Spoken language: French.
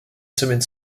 semaine